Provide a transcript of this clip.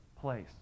place